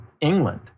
England